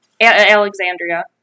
Alexandria